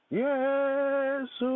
Yes